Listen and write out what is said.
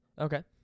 Okay